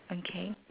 okay